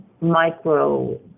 micro